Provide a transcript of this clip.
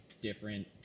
different